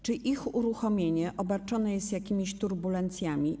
Czy ich uruchomienie obarczone jest jakimiś turbulencjami?